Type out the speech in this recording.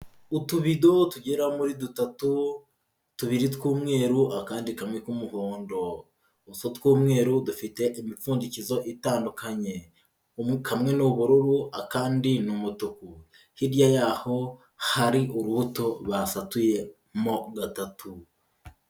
Utubidobo tugera muri dutatu, tubiri tw'umweru akandi kamwe k'umuhondo, utwo tw'umweru dufite imipfundikizo itandukanye, kamwe ni ubururu akandi ni umutuku, hirya y'aho hari urubuto basatuye mo gatatu.